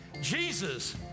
Jesus